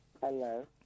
Hello